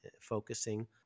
focusing